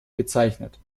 bezeichnet